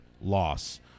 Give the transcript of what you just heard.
loss